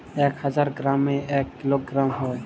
এক হাজার গ্রামে এক কিলোগ্রাম হয়